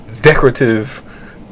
decorative